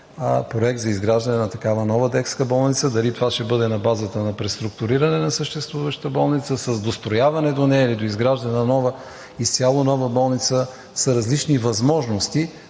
проект за изграждане на такава нова детска болница. Дали това ще бъде на базата на преструктуриране на съществуваща болница с дострояване до нея, или доизграждане на нова изцяло нова болница, са различни възможности